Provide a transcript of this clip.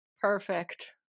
perfect